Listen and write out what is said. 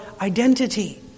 identity